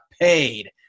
paid